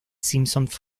simpsons